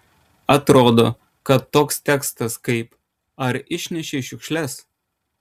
atrodo kad toks tekstas kaip ar išnešei šiukšles